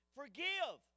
forgive